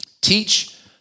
Teach